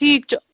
ٹھیٖک چھُ